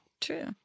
True